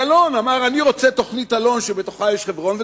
כי אלון אמר: אני רוצה תוכנית-אלון שבתוכה חברון,